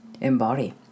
embody